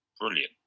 brilliant